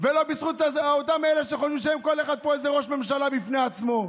ולא בזכות אותם אלו שחושבים שהם כל אחד ראש ממשלה בפני עצמו.